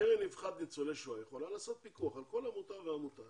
הקרן לרווחת ניצולי השואה יכולה לעשות פיקוח על כל עמותה ועמותה